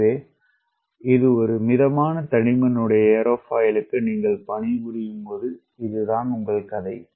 எனவே இது ஒரு மிதமான தடிமன் உடைய ஏரோஃபாயிலுக்கு நீங்கள் பணிபுரியும் போது இதுதான் உங்கள் கதை